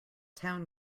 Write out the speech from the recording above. town